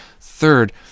Third